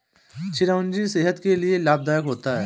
चिरौंजी सेहत के लिए लाभदायक होता है